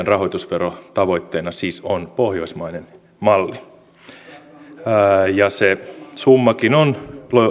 rahoitusvero tavoitteena siis on pohjoismainen malli se summakin on